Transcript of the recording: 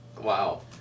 wow